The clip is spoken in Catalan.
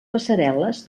passarel·les